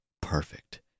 perfect